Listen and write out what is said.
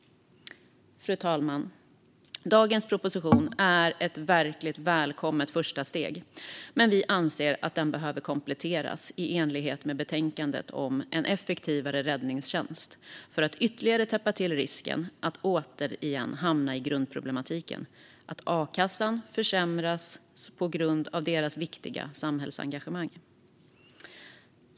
Fru talman! Dagens proposition är ett verkligt välkommet första steg, men vi anser att den behöver kompletteras i enlighet med betänkandet En effektivare kommunal räddningstjänst för att ytterligare täppa till risken att återigen hamna i grundproblematiken: att deltidsbrandmännens a-kassa försämras på grund av deras viktiga samhällsengagemang.